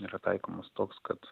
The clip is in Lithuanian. yra taikomas toks kad